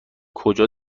کجا